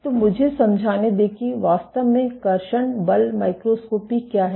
तो मुझे समझाने दे कि वास्तव में कर्षण बल माइक्रोस्कोपी क्या है